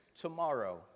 tomorrow